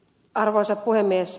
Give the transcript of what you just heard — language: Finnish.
arvoisa puhemies